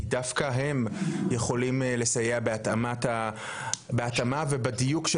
כי דווקא הם אלה שיכולים לסייע בהתאמה ובדיוק של